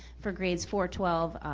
for grades four twelve,